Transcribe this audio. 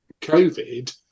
COVID